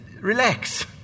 relax